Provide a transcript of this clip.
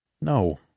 No